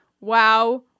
wow